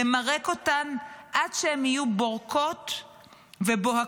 למרק אותן עד שהן יהיו בורקות ובוהקות